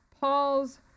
Paul's